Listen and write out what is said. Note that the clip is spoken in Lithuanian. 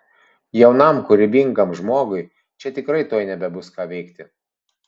jaunam kūrybingam žmogui čia tikrai tuoj nebebus ką veikti